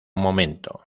momento